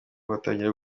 batangira